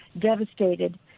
devastated